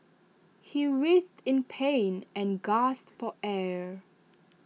he writhed in pain and gasped per air